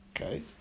Okay